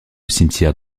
cimetière